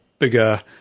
bigger